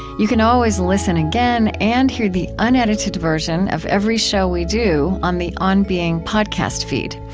you can always listen again and hear the unedited version of every show we do on the on being podcast feed.